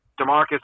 DeMarcus